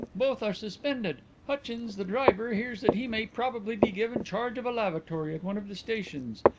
both are suspended. hutchins, the driver, hears that he may probably be given charge of a lavatory at one of the stations.